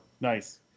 nice